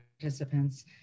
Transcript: participants